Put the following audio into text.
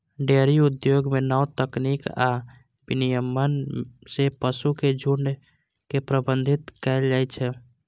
dairy उद्योग मे नव तकनीक आ विनियमन सं पशुक झुंड के प्रबंधित कैल जाइ छै